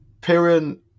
Piran